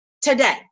today